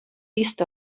east